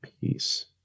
peace